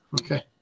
Okay